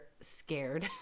scared